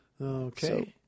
Okay